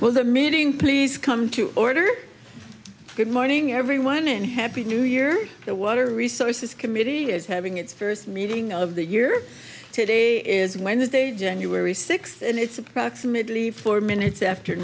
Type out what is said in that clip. well the meeting please come to order good morning everyone and happy new year the water resources committee is having its first meeting of the year today is wednesday january sixth and it's approximately four minutes after